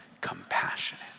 compassionate